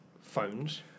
phones